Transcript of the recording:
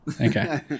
Okay